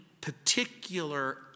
particular